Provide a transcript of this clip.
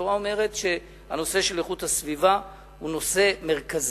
התורה אומרת שהנושא של איכות הסביבה הוא נושא מרכזי.